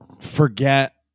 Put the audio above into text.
forget